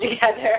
together